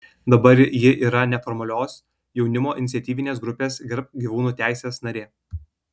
dabar ji yra neformalios jaunimo iniciatyvinės grupės gerbk gyvūnų teises narė